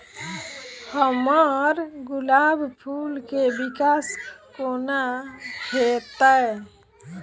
हम्मर गुलाब फूल केँ विकास कोना हेतै?